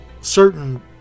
certain